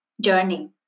journey